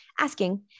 asking